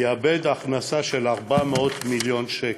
יאבד הכנסה של 400 מיליון שקל.